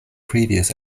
previous